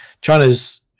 China's